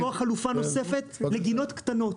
אולי לקבוע חלופה נוספת לגינות קטנות.